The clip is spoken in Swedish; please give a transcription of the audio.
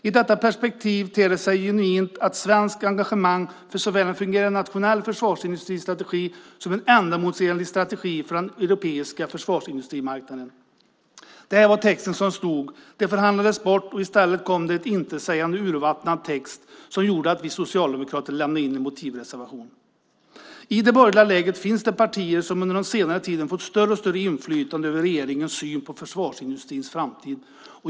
I detta perspektiv finns ett genuint svenskt engagemang för såväl en fungerande nationell försvarsindustristrategi som en ändamålsenlig strategi för den europeiska försvarsindustrimarknaden. Det var texten som stod. Den förhandlades bort, och i stället kom en intetsägande, urvattnad text som gjorde att vi socialdemokrater lämnade in en motivreservation. I det borgerliga lägret finns det partier som på senare tid fått allt större inflytande på regeringens syn på försvarsindustrins framtid.